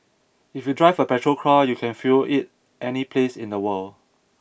if you drive a petrol car you can fuel it any place in the world